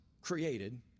created